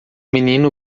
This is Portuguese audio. menino